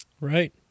right